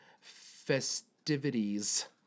festivities